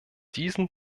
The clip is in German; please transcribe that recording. diesen